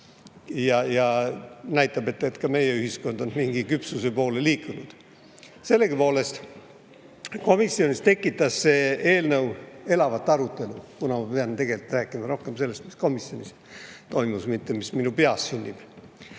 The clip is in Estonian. ja näitab, et ka meie ühiskond on mingi küpsuse poole liikunud. Komisjonis tekitas see eelnõu elavat arutelu – ma pean ju tegelikult rääkima rohkem sellest, mis komisjonis toimus, mitte sellest, mis minu peas sünnib.